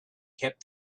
kept